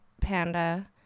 Panda